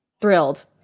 Thrilled